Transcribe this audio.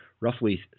roughly